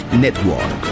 Network